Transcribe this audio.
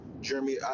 Jeremy